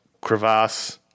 crevasse